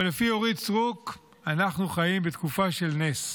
אבל לפי אורית סטרוק אנחנו חיים בתקופה של נס.